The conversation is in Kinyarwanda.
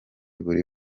buri